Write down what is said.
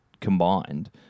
combined